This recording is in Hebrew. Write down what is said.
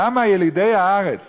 למה ילידי הארץ